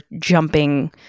jumping